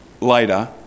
later